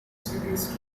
series